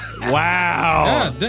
Wow